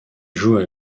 joue